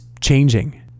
changing